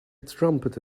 trumpet